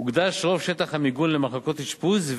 הוקדש רוב שטח המיגון למחלקות אשפוז,